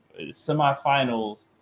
semifinals